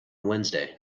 wednesday